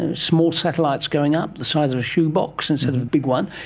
and small satellites going up the size of a shoebox instead of a big one.